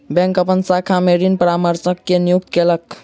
bank अपन शाखा में ऋण परामर्शक के नियुक्ति कयलक